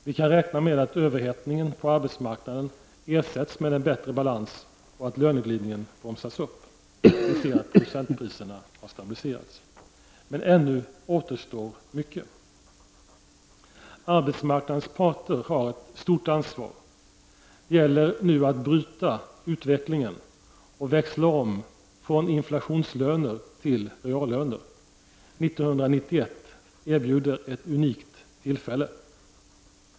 Vi kan räkna med att överhettningen på arbetsmarknaden ersätts med en bättre balans och att löneglidningen bromsas upp. Vi ser att producentpriserna har stabiliserats. Men ännu återstår mycket. Arbetsmarknadens parter har ett stort ansvar. Det gäller nu att bryta utvecklingen och växla om från inflationslöner till reallöner. 1991 erbjuder ett unikt tillfälle.